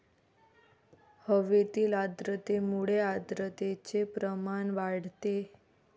हवेतील आर्द्रतेमुळे आर्द्रतेचे प्रमाण वाढते